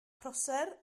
prosser